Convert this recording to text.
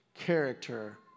character